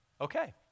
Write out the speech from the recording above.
okay